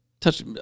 touch